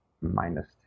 minus